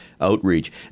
outreach